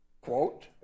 quote